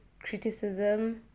criticism